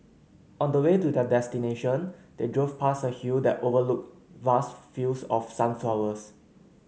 on the way to their destination they drove past a hill that overlooked vast fields of sunflowers